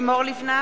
נגד לימור לבנת,